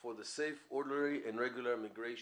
for the safe orderly and regular immigration.